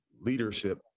leadership